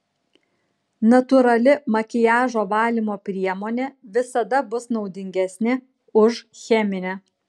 natūrali makiažo valymo priemonė visada bus naudingesnė už cheminę